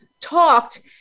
talked